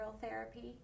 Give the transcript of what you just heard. therapy